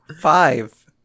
Five